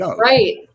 right